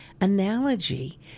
analogy